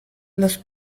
los